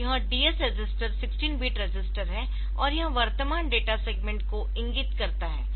तो यह DS register 16 bit register है और यह वर्तमान डेटा सेगमेंट को इंगित करता है